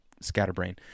scatterbrain